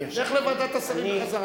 לך לוועדת השרים בחזרה.